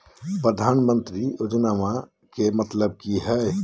प्रधानमंत्री योजनामा के मतलब कि हय?